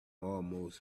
almost